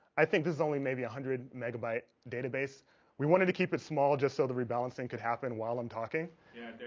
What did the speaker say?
i think this is only maybe one hundred megabyte database we wanted to keep it small just so the rebalancing could happen while i'm talking yeah